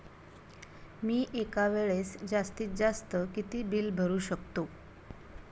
मी एका वेळेस जास्तीत जास्त किती बिल भरू शकतो?